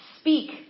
speak